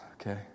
okay